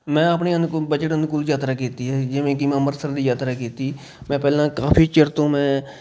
ਮੈਂ ਆਪਣੇ ਅਨੂਕ ਬਜਟ ਅਨੁਕੂਲ ਯਾਤਰਾ ਕੀਤੀ ਹੈ ਜਿਵੇਂ ਕਿ ਮੈਂ ਅੰਮ੍ਰਿਤਸਰ ਦੀ ਯਾਤਰਾ ਕੀਤੀ ਮੈਂ ਪਹਿਲਾਂ ਕਾਫੀ ਚਿਰ ਤੋਂ ਮੈਂ